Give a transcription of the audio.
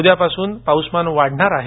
उद्यापासून पाऊसमान वाढणार आहे